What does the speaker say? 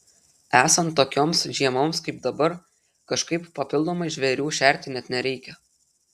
esant tokioms žiemoms kaip dabar kažkaip papildomai žvėrių šerti net nereikia